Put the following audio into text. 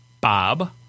Bob